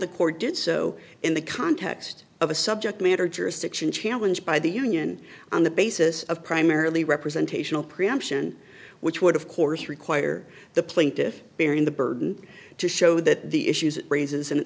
the court did so in the context of a subject matter jurisdiction challenge by the union on the basis of primarily representational preemption which would of course require the plaintiffs bearing the burden to show that the issues it raises